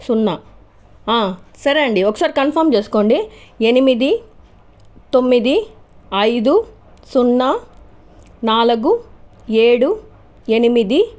సున్నా సరే అండి ఒకసారి కన్ఫామ్ చేసుకోండి ఎనిమిది తొమ్మిది ఐదు సున్నా నాలుగు ఏడు ఎనిమిది